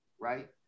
right